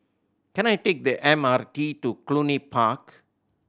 can I take the M R T to Cluny Park